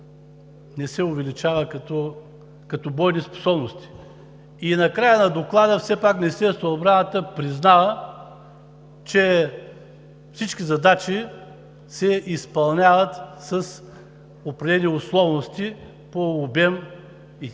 не се увеличава като бойни способности. Все пак в края на Доклада Министерството на отбраната признава, че всички задачи се изпълняват с определени условности – по обем и време